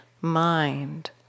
mind